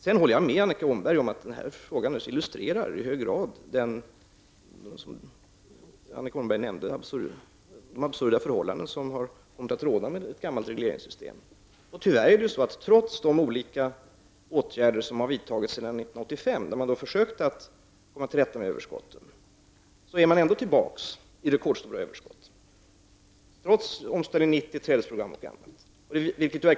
Sedan håller jag med Annika Åhnberg om att den här frågan naturligtvis i hög grad illustrerar det som Annika Åhnberg nämnde, nämligen de absurda förhållanden som har kommit att råda med ett gammalt regleringssystem. Trots de olika åtgärder som har vidtagits sedan 1985, då man försökte att komma till rätta med dessa överskott, är man tyvärr ändå tillbaks i rekordstora överskott -- trots Omställning 90, trädesprogram och andra åtgärder.